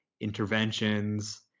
interventions